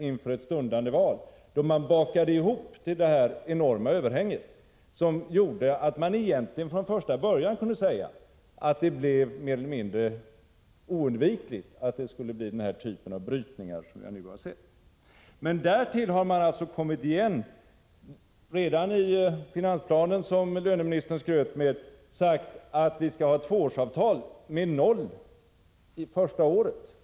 Inför ett stundande val bakade man ihop det enorma överhänget, vilket gjorde att man egentligen kunde se att den typ av brytning som vi nu har skulle bli oundviklig. Därtill har man kommit igen redan i finansplanen, som löneministern skryter med, och sagt att vi skall ha tvåårsavtal med noll första året.